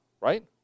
right